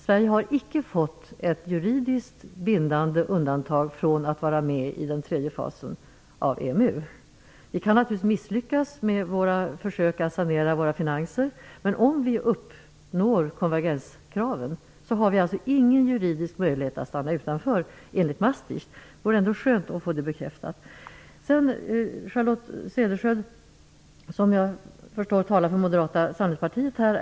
Sverige har icke fått ett juridiskt bindande undantag från att vara med i den tredje fasen av EMU. Vi kan naturligtvis misslyckas med våra försök att sanera våra finanser. Men om vi uppnår konvergenskraven har vi ingen juridisk möjlighet att stanna utanför enligt Maastrichtfördraget. Det vore skönt att få det bekräftat. Jag förstår att Charlotte Cederschiöld talar för Moderata samlingspartiet här.